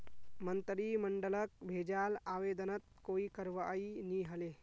मंत्रिमंडलक भेजाल आवेदनत कोई करवाई नी हले